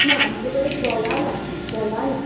ना आमचे कडेन सोलां ना सोलां ना